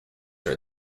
are